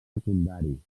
secundari